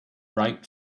right